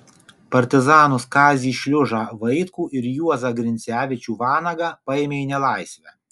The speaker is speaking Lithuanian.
partizanus kazį šliužą vaitkų ir juozą grincevičių vanagą paėmė į nelaisvę